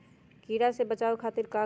कीरा से बचाओ खातिर का करी?